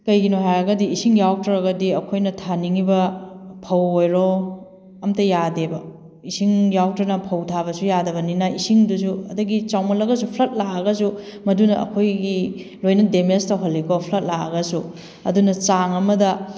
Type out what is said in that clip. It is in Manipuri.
ꯀꯩꯒꯤꯅꯣ ꯍꯥꯏꯔꯒꯗꯤ ꯏꯁꯤꯡ ꯌꯥꯎꯗ꯭ꯔꯒꯗꯤ ꯑꯩꯈꯣꯏꯅ ꯊꯥꯅꯤꯡꯉꯤꯕ ꯐꯧ ꯑꯣꯏꯔꯣ ꯑꯝꯇ ꯌꯥꯗꯦꯕ ꯏꯁꯤꯡ ꯌꯥꯎꯗꯅ ꯐꯧ ꯊꯥꯕꯁꯨ ꯌꯥꯗꯕꯅꯤꯅ ꯏꯁꯤꯡꯗꯨꯁꯨ ꯑꯗꯒꯤ ꯆꯥꯎꯃꯜꯂꯒꯁꯨ ꯐ꯭ꯂꯠ ꯂꯥꯛꯑꯒꯁꯨ ꯃꯗꯨꯅ ꯑꯩꯈꯣꯏꯒꯤ ꯂꯣꯏꯅ ꯗꯦꯃꯦꯖ ꯇꯧꯍꯜꯂꯤꯀꯣ ꯐ꯭ꯂꯠ ꯂꯥꯛꯑꯒꯁꯨ ꯑꯗꯨꯅ ꯆꯥꯡ ꯑꯃꯗ